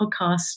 podcast